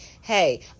hey